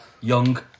Young